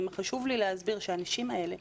חשוב לי להסביר שהאנשים האלה,